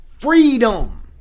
freedom